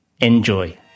Enjoy